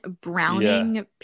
Browning